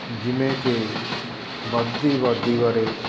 ਜਿਵੇਂ ਕਿ ਵੱਧਦੀ ਅਬਾਦੀ ਬਾਰੇ